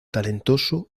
talentoso